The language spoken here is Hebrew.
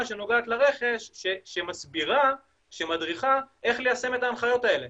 שנוגעת לרכש שמדריכה איך ליישם את ההנחיות האלה.